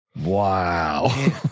Wow